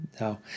No